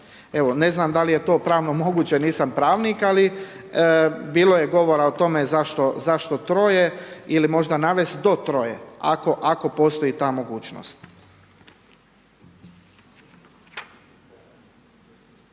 Evo, ne znam, da li je to pravno moguće jer nisam pravnik, ali bilo je govora o tome zašto troje, ili možda navesti do troje, ako postoji ta mogućnost.